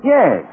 Yes